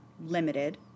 limited